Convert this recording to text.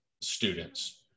students